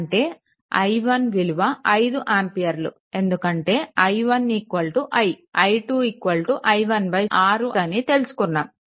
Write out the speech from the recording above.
అంటే i1 విలువ 5 ఆంపియర్లు ఎందుకంటే i1 i i2 i1 6 అని తెలుసుకున్నాము